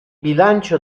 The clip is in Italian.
bilancio